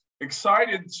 excited